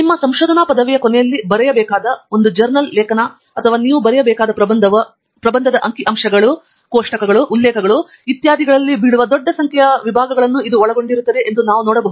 ನಿಮ್ಮ ಸಂಶೋಧನಾ ಪದವಿಯ ಕೊನೆಯಲ್ಲಿ ಬರೆಯಬೇಕಾದ ಒಂದು ಜರ್ನಲ್ ಲೇಖನ ಅಥವಾ ನೀವು ಬರೆಯಬೇಕಾದ ಪ್ರಬಂಧವು ಅಂಕಿ ಅಂಶಗಳು ಕೋಷ್ಟಕಗಳು ಉಲ್ಲೇಖಗಳು ಇತ್ಯಾದಿಗಳಲ್ಲಿ ಬೀಳುವ ದೊಡ್ಡ ಸಂಖ್ಯೆಯ ವಿಭಾಗಗಳನ್ನು ಒಳಗೊಂಡಿರುತ್ತದೆ ಎಂದು ನಾವು ನೋಡಬಹುದು